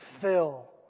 fill